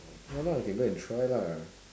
ya lah you can go and try lah